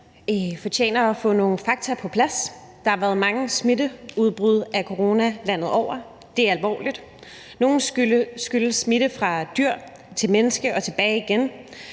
debat fortjener at få nogle fakta på plads. Der har været mange smitteudbrud af corona landet over; det er alvorligt. Nogle skyldes smitte fra dyr til mennesker og tilbage igen,